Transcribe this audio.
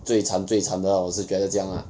最惨最惨的 lah 我是觉得这样 lah